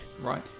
right